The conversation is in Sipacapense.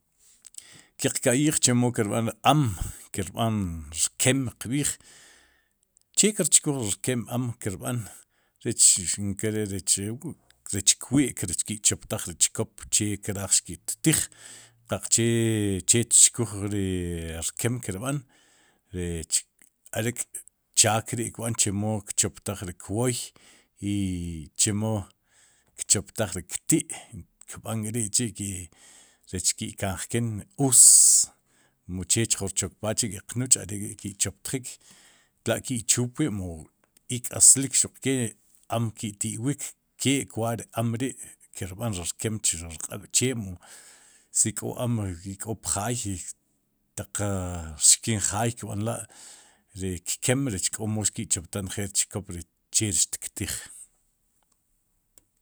Kiq ka'yij chemo kirb'an ri am kir b'an rkem qb'iij, che kirchkuj ri rkem am kirb'an rech nkere rech kwi'k rech ki'choptaj ri chkop che ri kraj xkirtij, qaqche che xtchkuj ri rkem kirb'an rech arek'chaak i kb'an chemo kchoptaj ri kwwoy i chemo kchoptaj ri kti' kb'an k'ri'chi' rech xki'kanjken us, muche che chjun rchukb'al chik keq nuch'are'k'ri'ki'choptjik, tla'ki'chuupwi'mu ik'aslik xuqkee am ki'ti'wiik ke kwaa ri am ri'kirb'an ri rkeem chu ri rq'aab'chee mu si k'o am ri ik'o pjaay taq rxkin jaay kb'anla'rik keem rech k'omo xki'choptaj njeej ri chkop ri che ri xtktiij.